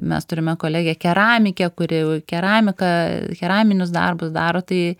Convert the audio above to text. mes turime kolegę keramikę kuri keramiką keraminius darbus daro tai